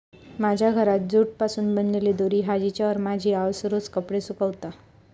माझ्या घरात जूट पासून बनलेली दोरी हा जिच्यावर माझी आउस रोज कपडे सुकवता